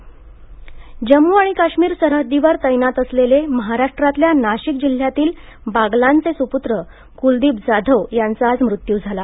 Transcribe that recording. वीरमरण जम्मू काश्मीर सरहद्दीवर तैनात असलेले महाराष्ट्रातल्या नाशिक जिल्ह्यातल्या बागलाणचे सुपूत्र कुलदीप जाधव यांचा आज मृत्यू झाला